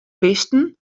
bisten